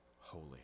holy